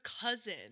cousin